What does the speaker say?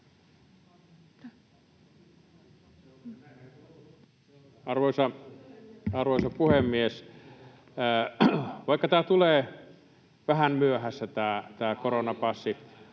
Arvoisa puhemies! Vaikka tämä koronapassihanke tulee vähän myöhässä,